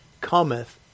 cometh